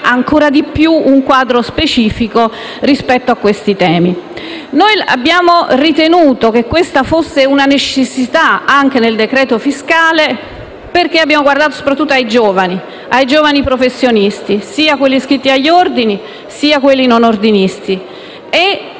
ancora più specifico rispetto a questi temi. Noi abbiamo ritenuto che questa fosse una necessità anche nel decreto fiscale, perché abbiamo guardato soprattutto ai giovani professionisti, sia quelli iscritti agli ordini, sia quelli non ordinisti, e,